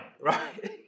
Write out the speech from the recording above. right